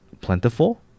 plentiful